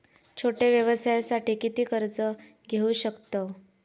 छोट्या व्यवसायासाठी किती कर्ज घेऊ शकतव?